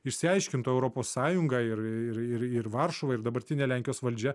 išsiaiškintų europos sąjunga ir ir ir varšuva ir dabartinė lenkijos valdžia